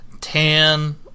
tan